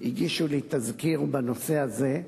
הגישו לי תזכיר בנושא הזה,